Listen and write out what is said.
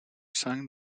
sang